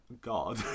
god